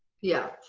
yeah,